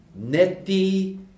neti